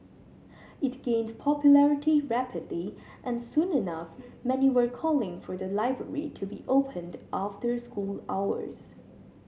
it gained popularity rapidly and soon enough many were calling for the library to be opened after school hours